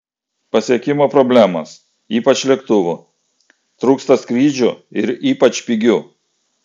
pasiekimo problemos ypač lėktuvų trūksta skrydžių ir ypač pigių